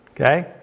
Okay